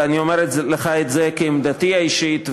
ואני אומר לך זה כעמדתי האישית,